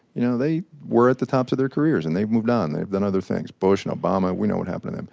you know, they were at the tops of their careers and they've moved on. they've done other things, bush and obama. we know what happened to them.